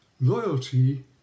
loyalty